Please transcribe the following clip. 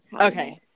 okay